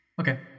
Okay